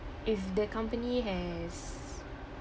if the company has